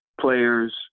players